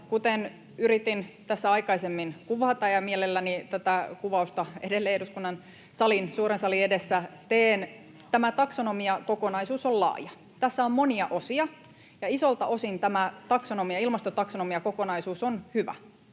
kuten yritin aikaisemmin kuvata, ja mielelläni tätä kuvausta edelleen eduskunnan suuren salin edessä teen. Tämä taksonomiakokonaisuus on laaja. Tässä on monia osia, ja isoilta osin tämä ilmastotaksonomiakokonaisuus on hyvä.